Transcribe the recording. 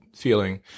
feeling